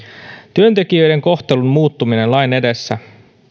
työntekijöiden kohtelun muuttuminen lain edessä